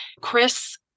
Chris